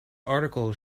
article